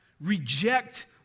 Reject